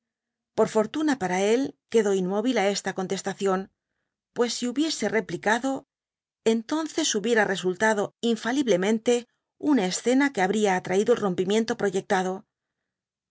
por fortuna para él quedó inmóvil á esta contestación pues si hidnese replicado entonces hubiera resultado infaliblemente una escena que habría atraído el rompimiento proyectado